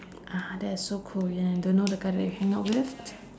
ah that's so cool and you don't know the guy that you hang out with